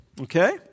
Okay